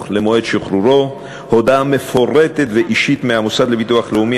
למועד שחרורו הודעה אישית מפורטת מהמוסד לביטוח לאומי,